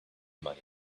money